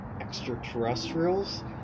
extraterrestrials